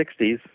60s